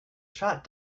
shot